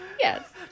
Yes